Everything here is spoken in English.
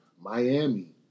Miami